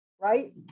right